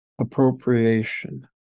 Appropriation